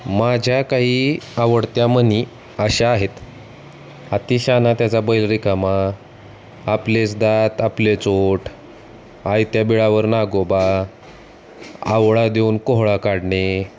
माझ्या काही आवडत्या म्हणी अशा आहेत अतिशहाणा त्याचा बैल रिकामा आपलेच दात आपलेच ओठ आयत्या बिळावर नागोबा आवळा देऊन कोहळा काढणे